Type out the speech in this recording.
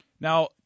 Now